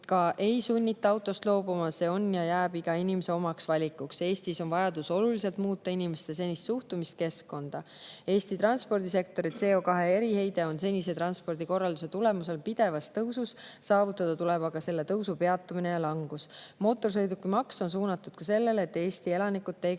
ei sunnita autost loobuma, see on ja jääb iga inimese enda valikuks. Eestis on vajadus oluliselt muuta inimeste senist suhtumist keskkonda. Eesti transpordisektori CO2eriheide on senise transpordikorralduse tulemusel pidevas tõusus, saavutada tuleb aga selle tõusu peatumine ja langus. Mootorsõidukimaks on suunatud ka sellele, et Eesti elanikud teeksid